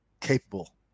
capable